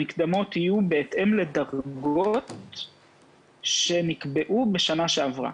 המקדמות יהיו בהתאם לדרגות שנקבעו בשנה שעברה